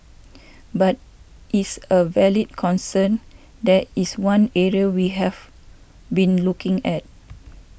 but is a valid concern that is one area we have been looking at